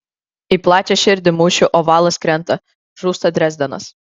į plačią širdį mūšių ovalas krenta žūsta drezdenas